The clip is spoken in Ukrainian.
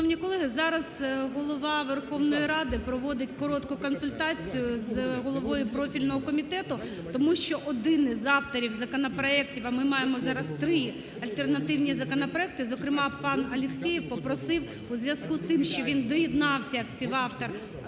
Шановні колеги, зараз Голова Верховної Ради проводить коротку консультацію з головою профільного комітету, тому що один із авторів законопроектів, а ми маємо зараз 3 альтернативні законопроекти, зокрема, пан Алєксєєв попросив у зв'язку з тим, що він доєднався як співавтор